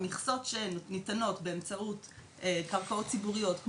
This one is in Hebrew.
המכסות שניתנות באמצעות קרקעות ציבוריות,